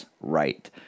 right